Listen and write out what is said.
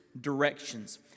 directions